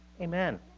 amen